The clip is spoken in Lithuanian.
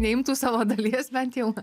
neimtų savo dalies bent jau